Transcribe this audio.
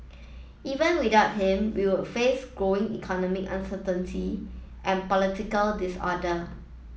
even without him we would face growing economic uncertainty and political disorder